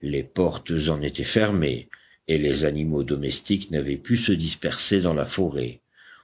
les portes en étaient fermées et les animaux domestiques n'avaient pu se disperser dans la forêt